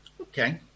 Okay